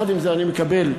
עם זה, אני מקבל,